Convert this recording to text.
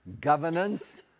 governance